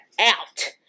out